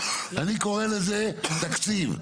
אני קורא לזה תקציב.